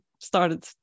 started